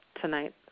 tonight